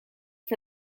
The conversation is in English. for